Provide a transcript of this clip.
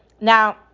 now